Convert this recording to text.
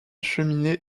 cheminée